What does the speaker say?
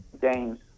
games